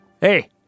Hey